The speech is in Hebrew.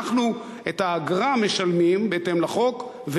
אנחנו את האגרה משלמים בהתאם לחוק,